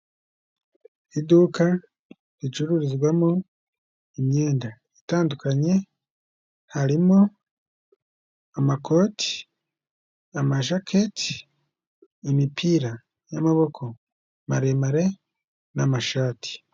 Iduka ricururizwamo imyenda itandukanye harimo amakoti, amajaketi, imipira y'amaboko maremare n'amashati.